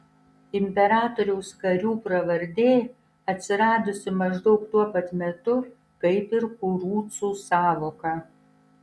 imperatoriaus karių pravardė atsiradusi maždaug tuo pat metu kaip ir kurucų sąvoka